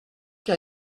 que